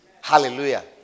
Hallelujah